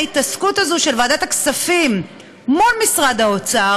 ההתעסקות הזו של ועדת הכספים מול האוצר